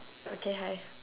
okay hi